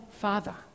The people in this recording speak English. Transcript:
father